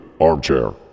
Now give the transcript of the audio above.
Armchair